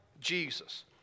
Jesus